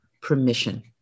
permission